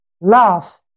Love